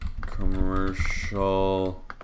commercial